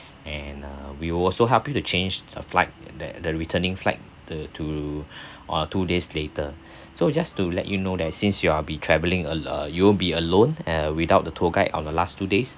and uh we will also help me to change a flight that the returning flight the to uh two days later so just to let you know that since you are be travelling uh ah you'll be alone uh without the tour guide on the last two days